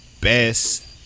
best